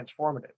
transformative